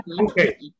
Okay